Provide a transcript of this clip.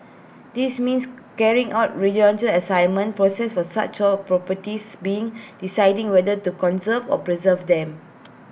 this means carrying out rigorous Assessment process for such all properties being deciding whether to conserve or preserve them